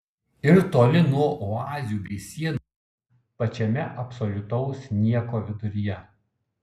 ir toli nuo oazių bei sienų pačiame absoliutaus nieko viduryje